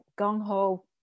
gung-ho